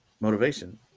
motivation